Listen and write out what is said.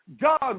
God